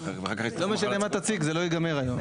לא משנה מה תציג, זה לא ייגמר היום.